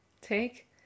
take